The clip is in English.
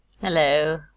Hello